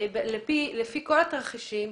לפי כל התרחישים,